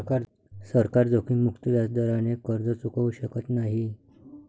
सरकार जोखीममुक्त व्याजदराने कर्ज चुकवू शकत नाही